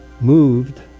moved